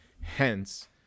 hence